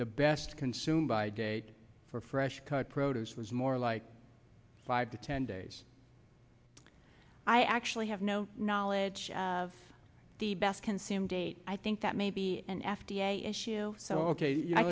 the best consumed by date for fresh cut produce was more like five to ten days i actually have no knowledge of the best consumed date i think that may be an f d a issue so ok